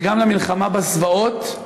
וגם למלחמה בזוועות,